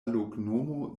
loknomo